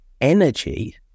energy